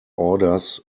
orders